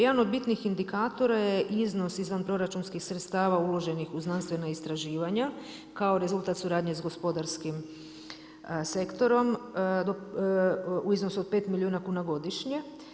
Jedan od bitnih indikatora je iznos izvanproračunskih sredstava uloženih u znanstvena istraživanja kao rezultat suradnje sa gospodarskim sektorom u iznosu od 5 milijuna kuna godišnje.